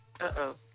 Uh-oh